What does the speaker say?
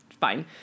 fine